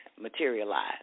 materialize